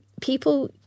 people